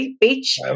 Beach